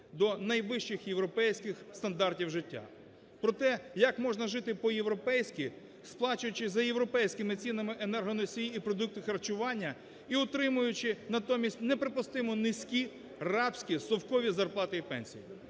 до найвищих європейських стандартів життя. Проте як можна жити по-європейськи, сплачуючи за європейськими цінами енергоносії і продукти харчування і отримуючи натомість неприпустимо низькі рабські совкові зарплати і пенсії.